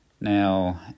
now